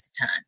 time